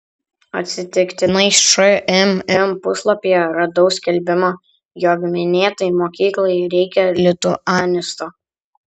atsitiktinai šmm puslapyje radau skelbimą jog minėtai mokyklai reikia lituanisto